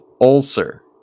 ulcer